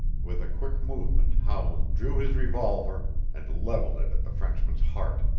with a quick movement howland drew his revolver and leveled it at the frenchman's heart.